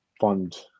fund